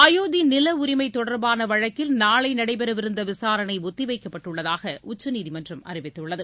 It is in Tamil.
அயோத்தி நில உரிமை தொடர்பான வழக்கில் நாளை நடைபெறவிருந்த விசாரணை ஒத்தி வைக்கப்பட்டுள்ளதாக உச்சநீதிமன்றம் அறிவித்துள்ளது